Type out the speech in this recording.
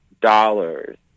dollars